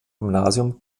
gymnasium